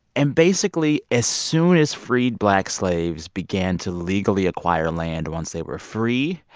and basically, as soon as freed black slaves began to legally acquire land once they were free,